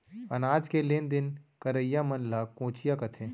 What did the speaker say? अनाज के लेन देन करइया मन ल कोंचिया कथें